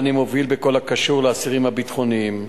שאני מוביל, בכל הקשור לאסירים הביטחוניים,